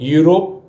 Europe